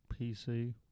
PC